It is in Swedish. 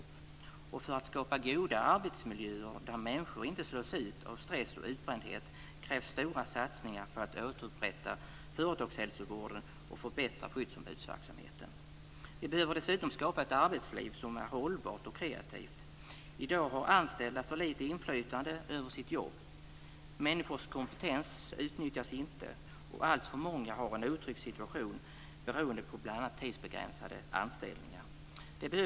För att man ska kunna skapa goda arbetsmiljöer där människor inte slås ut av stress och utbrändhet krävs stora satsningar för att återupprätta företagshälsovården och förbättra skyddsombudsverksamheten. Vi behöver dessutom skapa ett arbetsliv som är hållbart och kreativt. I dag har anställda för lite inflytande över sitt jobb. Människors kompetens utnyttjas inte, och alltför många har en otrygg situation beroende på bl.a. tidsbegränsade anställningar.